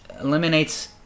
Eliminates